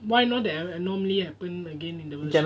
why not the anomaly happen again in the